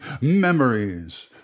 memories